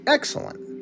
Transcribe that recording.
Excellent